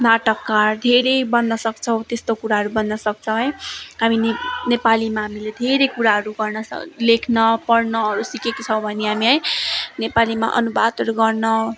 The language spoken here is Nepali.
नाटककार धेरै बन्न सक्छौँ त्यस्तो कुराहरू बन्न सक्छौँ है हामी नेपालीमा हामीले धेरै कुराहरू गर्न सक् लेख्न पढ्नहरू सिकेका छौँ भने हामी है नेपालीमा अनुवादहरू गर्न